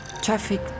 Traffic